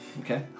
Okay